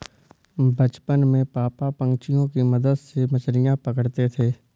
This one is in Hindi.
बचपन में पापा पंछियों के मदद से मछलियां पकड़ते थे